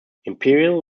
imperial